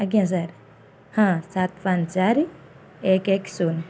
ଆଜ୍ଞା ସାର୍ ହଁ ସାତ ପାଞ୍ଚ ଚାରି ଏକ ଏକ ଶୂନ